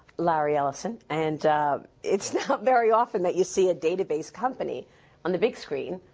larry ellison. and it's not very often that you see a database company on the big screen.